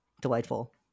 delightful